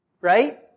Right